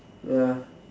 ya